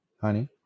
Honey